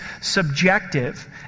subjective